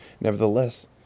Nevertheless